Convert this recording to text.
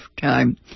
time